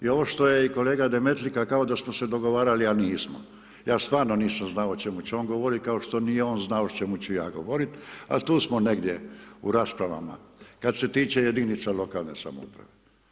I ovo što je i kolega Demetlika kao da smo se dogovarali a nismo, ja stvarno nisam znao o čemu će on govoriti kao što nije ni on znao o čemu ću ja govoriti ali tu smo negdje u raspravama kada se tiče jedinca lokalne samouprave.